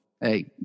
hey